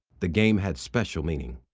the game had special meaning.